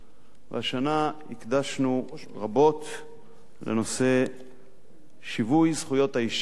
והשנה הקדשנו רבות לנושא שיווי זכויות האשה,